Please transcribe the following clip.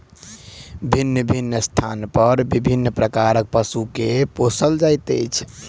भिन्न भिन्न स्थान पर विभिन्न प्रकारक पशु के पोसल जाइत छै